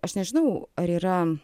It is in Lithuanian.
aš nežinau ar yra